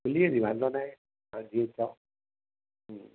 मिले वेंदी वांदो नाहे तव्हां जीअं चयो